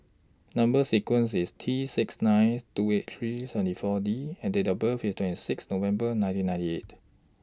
Number sequence IS T six ninth two eight three seventy four D and Date of birth IS twenty six November nineteen ninety eight